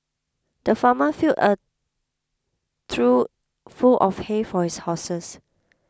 the farmer filled a trough full of hay for his horses